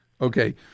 okay